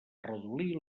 redolí